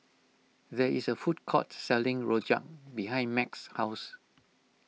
there is a food court selling Rojak behind Meg's house